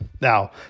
Now